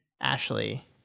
Ashley